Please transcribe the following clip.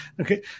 Okay